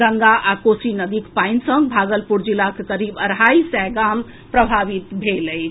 गंगा आ कोसी नदीक पानि सॅ भागलपुर जिलाक करीब अढाई सय गाम प्रभावित अछि